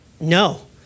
No